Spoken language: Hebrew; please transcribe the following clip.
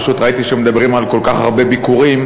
פשוט ראיתי שמדברים על כל כך הרבה ביקורים,